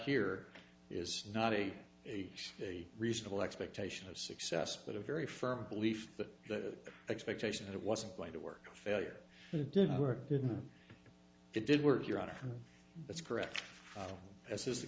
here is not a a a reasonable expectation of success but a very firm belief that the expectation that it wasn't going to work failure didn't work didn't it didn't work your honor that's correct as is the